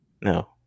No